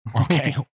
Okay